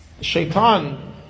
Shaitan